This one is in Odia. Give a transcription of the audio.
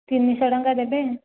ତିନିଶହ ଟଙ୍କା ଦେବେ